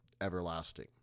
everlasting